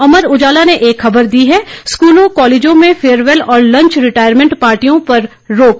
अमर उजाला ने एक खबर दी है स्कूलों कालेजों में फेयरवेल और लंच रिटायरमेंट पार्टियों पर रोक